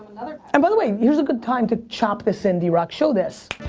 and by the way here's a good time to chop this in drock. show this.